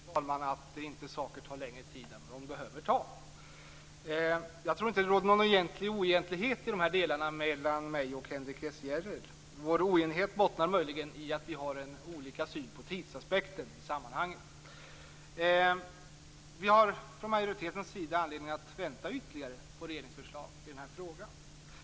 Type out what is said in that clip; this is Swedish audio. Fru talman! Vi har alla en önskan att saker inte skall ta längre tid än vad som behövs. Det råder egentligen inte någon oenighet mellan mig och Henrik S Järrel i dessa delar. Vår oenighet bottnar möjligen i olika syn på tidsaspekten. Vi från majoritetens sida har anledning att vänta ytterligare på regeringens förslag i frågan.